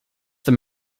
them